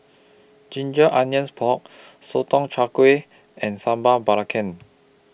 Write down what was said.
Ginger Onions Pork Sotong Char Kway and Sambal Belacan